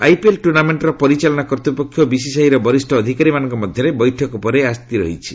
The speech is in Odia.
ଆଇପିଏଲ୍ ଟୁର୍ଣ୍ଣାମେଣ୍ଟର ପରିଚାଳନା ପରିସର ଓ ବିସିସିଆଇର ବରିଷ୍ଠ ଅଧିକାରୀମାନଙ୍କ ମଧ୍ୟରେ ବୈଠକ ପରେ ଏହା ସ୍କିର କରାଯାଇଛି